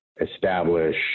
establish